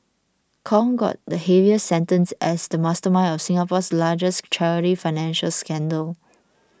Kong got the heaviest sentence as the mastermind of Singapore's largest charity financial scandal